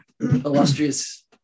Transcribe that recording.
illustrious